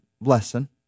lesson